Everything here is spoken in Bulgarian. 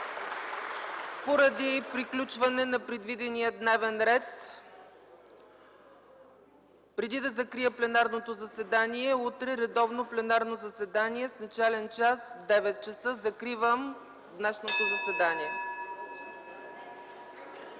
Поради приключване на предвидения дневен ред, преди да закрия пленарното заседание: утре – редовно пленарно заседание с начален час 9,00 ч. Закривам днешното заседание.